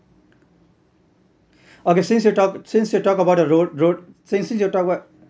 okay since you talk since you talk about the road road since since you talk about